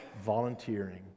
volunteering